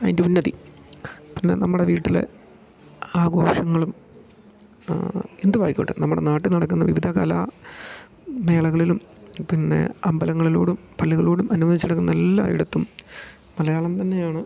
അയ്ൻ്റെ ഉന്നതി പിന്നെ നമ്മടെ വീട്ടിലെ ആഘോഷങ്ങളും എന്തുവായിക്കോട്ടെ നമ്മടെ നാട്ടി നടക്ക്ന്ന വിവിധ കലാ മേളകളിലും പിന്നെ അമ്പലങ്ങളിലോടും പള്ളികളോടും അനുവദിച്ചെട്ക്ക്ന്നെല്ലായെട്ത്തും മലയാളം തന്നെയാണ്